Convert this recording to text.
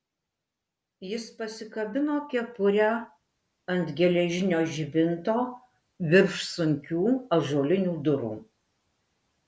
jis pasikabino kepurę ant geležinio žibinto virš sunkių ąžuolinių durų